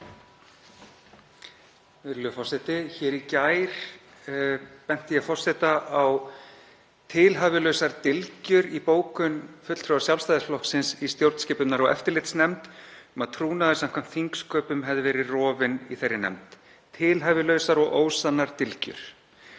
forseta á tilhæfulausar dylgjur í bókun fulltrúa Sjálfstæðisflokksins í stjórnskipunar- og eftirlitsnefnd um að trúnaður, samkvæmt þingsköpum, hefði verið rofinn í þeirri nefnd, tilhæfulausar og ósannar dylgjur.